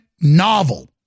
novel